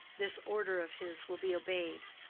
this order of his will be obeyed.